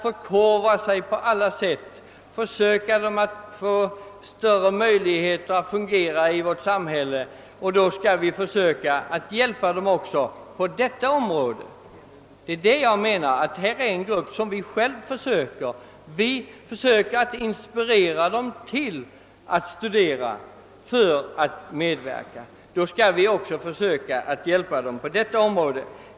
Eftersom vi på alla sätt försöker få fler människor att studera och utbilda sig, så borde vi också försöka ge dem som förkovrar sig bättre möjligheter att fungera i vårt samhälle. Därför bör vi hjälpa dem även på detta område, när vi först har inspirerat dem till deras studier.